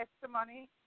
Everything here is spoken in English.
testimony